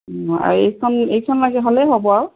অঁ আৰু এইখন এইখন লা হ'লেই হ'ব আৰু